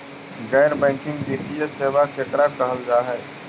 गैर बैंकिंग वित्तीय सेबा केकरा कहल जा है?